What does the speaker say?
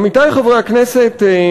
עמיתי חברי הכנסת,